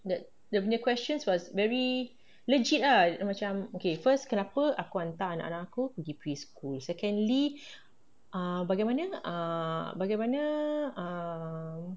the dia punya question was very legit ah like macam okay first kenapa aku hantar anak aku pergi preschool secondly ah bagaimana ah bagaimana ah